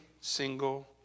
single